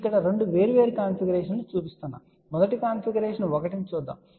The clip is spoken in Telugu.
నేను ఇక్కడ 2 వేర్వేరు కాన్ఫిగరేషన్లను చూపించాను మొదట కాన్ఫిగరేషన్ 1 ని చూద్దాం